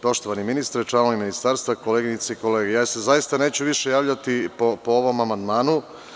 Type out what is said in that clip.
Poštovani ministre, članovi Ministarstva, koleginice i kolege, ja se zaista neću više javljati po ovom amandmanu.